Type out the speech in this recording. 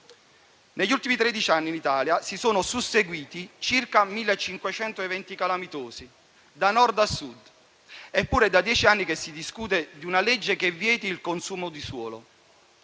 Negli ultimi tredici anni in Italia si sono susseguiti circa 1.500 eventi calamitosi, da Nord a Sud. Eppure, da dieci anni si discute di una legge che vieti il consumo di suolo.